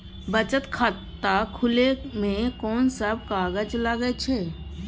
बचत खाता खुले मे कोन सब कागज लागे छै?